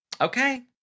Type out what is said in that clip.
Okay